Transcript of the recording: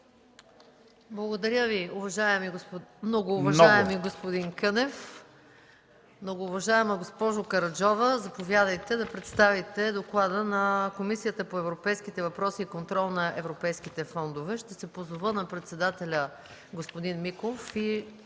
Благодаря Ви, многоуважаеми господин Кънев. Многоуважаема госпожо Караджова, заповядайте да представите доклада на Комисията по европейските въпроси и контрол на европейските фондове. Ще се позова на председателя господин Миков